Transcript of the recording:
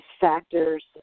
factors